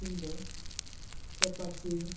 ᱤᱧ ᱫᱚ ᱮᱯᱟᱪᱤ